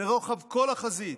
לרוחב כל החזית,